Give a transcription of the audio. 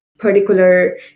Particular